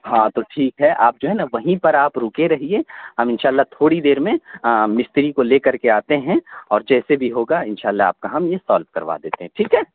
ہاں تو ٹھیک ہے آپ جو ہے نا وہیں پر آپ رکے رہیے ہم ان شاء اللہ تھوڑی دیر میں مستری کو لے کر کے آتے ہیں اور جیسے بھی ہوگا ان شاء اللہ آپ کا ہم یہ سالو کروا دیتے ہیں ٹھیک ہے